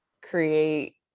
create